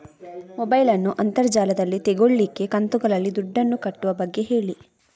mobile ನ್ನು ಅಂತರ್ ಜಾಲದಲ್ಲಿ ತೆಗೋಲಿಕ್ಕೆ ಕಂತುಗಳಲ್ಲಿ ದುಡ್ಡನ್ನು ಕಟ್ಟುವ ಬಗ್ಗೆ ಹೇಳಿ